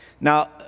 Now